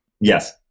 Yes